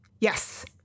Yes